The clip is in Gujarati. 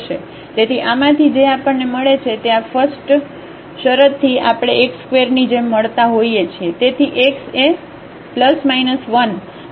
તેથી આમાંથી જે આપણને મળે છે તે આ ફસ્ટશરતથી આપણેx2 ની જેમ મળતા હોઈએ છીએ